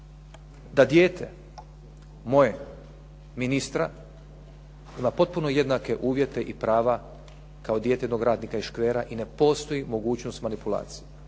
da dijete, moje, ministra ima potpuno jednake uvjete i prava kao dijete jednog radnika iz škvera i ne postoji mogućnost manipulacije.